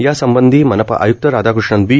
यासंबंधी मनपा आयुक्त राधाकृष्णन बी